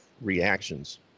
reactions